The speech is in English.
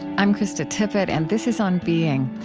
i'm krista tippett, and this is on being.